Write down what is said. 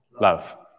Love